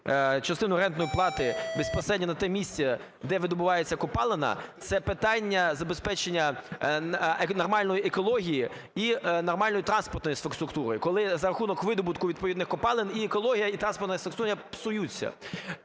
частину рентної плати безпосередньо на те місце, де видобувається копалина, це питання забезпечення нормальної екології і нормальної транспортної структури, коли за рахунок видобутку відповідних копалин і екологія, і транспортна структура псуються